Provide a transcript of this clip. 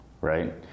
right